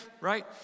right